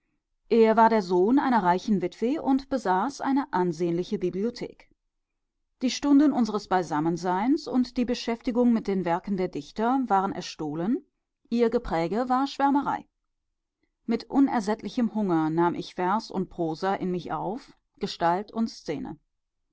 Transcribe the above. es war der sohn einer reichen witwe und besaß eine ansehnliche bibliothek die stunden unseres beisammenseins und die beschäftigung mit den werken der dichter waren erstohlen ihr gepräge war schwärmerei mit unersättlichem hunger nahm ich vers und prosa in mich auf gestalt und szene